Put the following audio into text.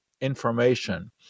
information